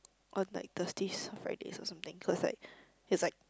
on like Thursdays or Fridays or something cause like he's like